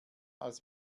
als